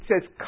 says